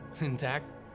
intact